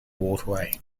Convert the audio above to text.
waterway